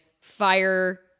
fire